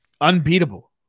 unbeatable